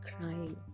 crying